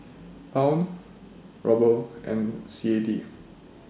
Pound Ruble and C A D